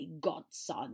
godson